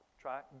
Try